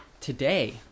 today